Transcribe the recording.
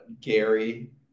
Gary